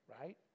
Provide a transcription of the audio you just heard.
Right